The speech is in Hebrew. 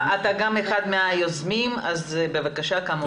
אתה גם אחד מהיוזמים, אז, בבקשה, כמובן.